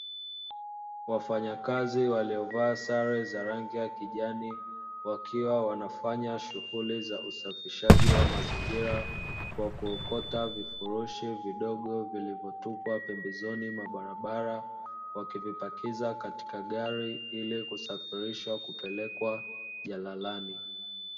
Wafanyakazi waliovaa sare za rangi ya kijani wakiwa wanafanya shughuli za usafishaji wa mazingira kwa kuokota vifurushi vidogo vilivyotupwa pembezoni mwa barabara wakivipakiza katika gari ili kusafirishwa kupelekwa jalalani.